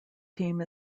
team